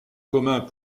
communs